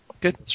good